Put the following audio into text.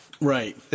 Right